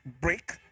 break